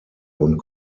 und